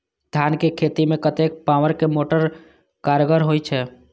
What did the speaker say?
धान के खेती में कतेक पावर के मोटर कारगर होई छै?